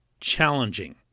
challenging